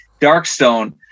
Darkstone